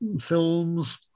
films